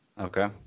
Okay